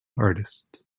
artists